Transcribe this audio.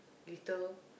little